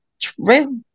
True